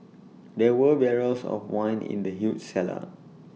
there were barrels of wine in the huge cellar